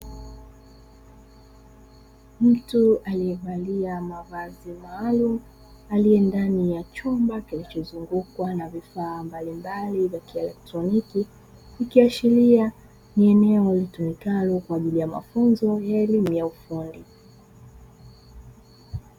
Mtu aliyevalia mavazi maalumu aliye ndani ya chumba kilichozungukwa na vifaa mbalimbali, vya kielektroniki ikiashiria ni eneo litumikalo kwa ajili ya mafunzo ya elimu ya ufundi.